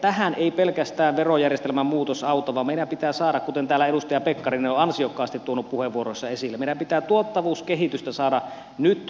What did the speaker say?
tähän ei pelkästään verojärjestelmän muutos auta vaan meidän pitää kuten täällä edustaja pekkarinen on ansiokkaasti tuonut puheenvuoroissa esille saada tuottavuuskehitystä nyt nopeasti